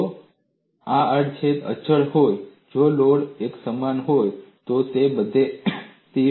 જો આડ છેદ અચળ હોય જો લોડ એકસમાન હોય તો તે બધે સ્થિર છે